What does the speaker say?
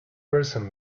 person